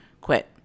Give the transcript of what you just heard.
Quit